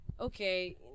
okay